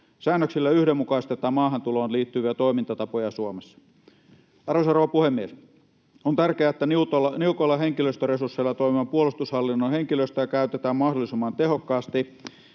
Säännöksillä yhdenmukaistetaan maahantuloon liittyviä toimintatapoja Suomessa. Arvoisa rouva puhemies! On tärkeää, että niukoilla henkilöstöresursseilla toimivan puolustushallinnon henkilöstöä käytetään mahdollisimman tehokkaasti,